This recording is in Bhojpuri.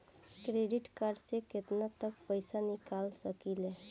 क्रेडिट कार्ड से केतना तक पइसा निकाल सकिले?